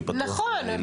אני פתוח לתיקים.